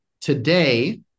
today